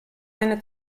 seine